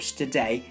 today